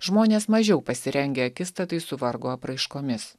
žmonės mažiau pasirengę akistatai su vargo apraiškomis